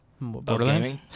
Borderlands